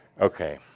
okay